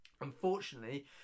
Unfortunately